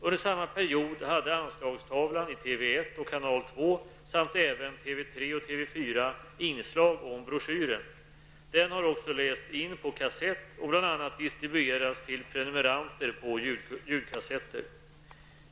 Under samma period hade Anslagstavlan i TV1 och Kanal 2 samt även TV3 och TV4 inslag om broschyren. Den har också lästs in på kassett och bl.a. distribuerats till prenumeranter på ljudkassetter.